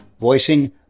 voicing